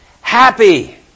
Happy